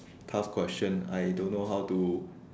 tough question I don't know how to